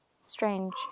strange